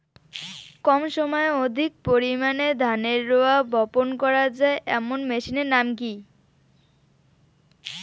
কম সময়ে অধিক পরিমাণে ধানের রোয়া বপন করা য়ায় এমন মেশিনের নাম কি?